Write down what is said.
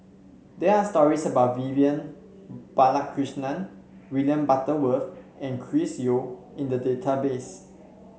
there are stories about Vivian Balakrishnan William Butterworth and Chris Yeo in the database